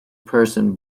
person